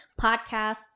podcasts